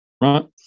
right